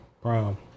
Brown